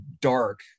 dark